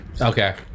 Okay